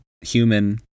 human